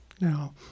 now